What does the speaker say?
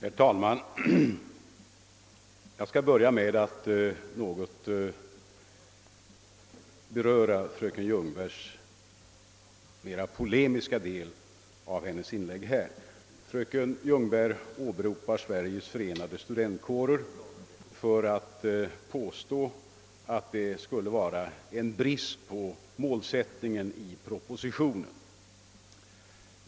Herr talman! Jag skall börja med att något beröra den mera polemiska delen av fröken Ljungbergs inlägg. Fröken Ljungberg åberopade Sveriges förenade studentkårer och påstod att propositionen skulle sakna en målsättning.